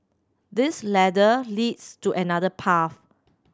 this ladder leads to another path